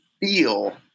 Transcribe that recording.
feel